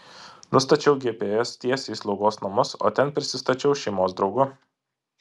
nustačiau gps tiesiai į slaugos namus o ten prisistačiau šeimos draugu